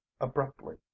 abruptly